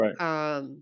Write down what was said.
Right